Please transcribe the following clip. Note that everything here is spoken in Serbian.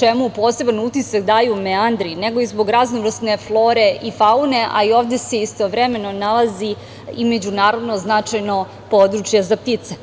čemu poseban utisak daju meandri, nego i zbog raznovrsne flore i faune, a i ovde se istovremeno nalazi i međunarodno značajno područje za ptice.